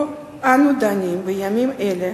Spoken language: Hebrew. שבה אנו דנים בימים אלה,